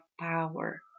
power